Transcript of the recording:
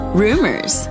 rumors